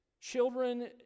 children